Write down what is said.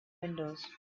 windows